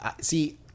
See